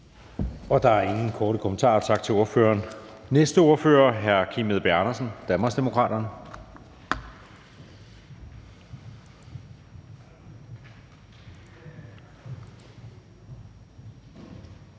Der er ingen korte bemærkninger. Tak til ordføreren. Næste ordfører er hr. Kim Edberg Andersen, Danmarksdemokraterne.